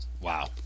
Wow